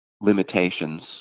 limitations